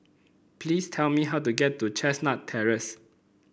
please tell me how to get to Chestnut Terrace